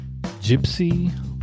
Gypsy